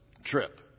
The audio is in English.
Trip